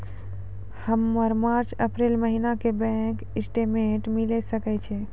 हमर मार्च अप्रैल महीना के बैंक स्टेटमेंट मिले सकय छै?